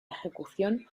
ejecución